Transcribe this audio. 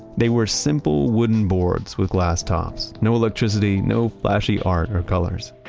they were simple wooden boards with glass tops, no electricity, no flashy art or colors,